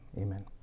amen